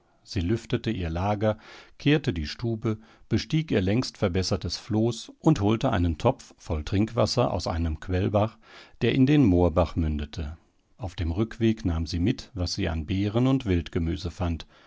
sie lüftete ihr lager kehrte die stube bestieg ihr längst verbessertes floß und holte einen topf voll trinkwasser aus einem quellbach der in den moorbach mündete auf dem rückweg nahm sie mit was sie an beeren und wildgemüse fand